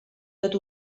tot